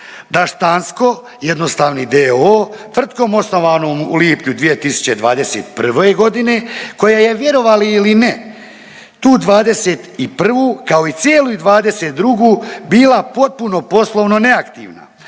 razumije./… jednostavni d.o.o. tvrtkom osnovanom u lipnju 2021. godine koja je vjerovali ili ne tu 2021. kao i cijelu 2022. bila potpuno poslovno neaktivna